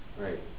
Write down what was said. Right